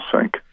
sink